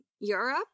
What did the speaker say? Europe